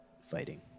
fighting